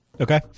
Okay